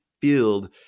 field